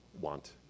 want